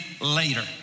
later